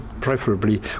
preferably